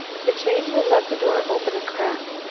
the chain will let the door open a crack.